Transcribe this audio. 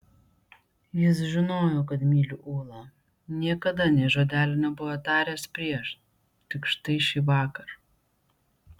jis žinojo kad myliu ulą niekada nė žodelio nebuvo taręs prieš tik štai šįvakar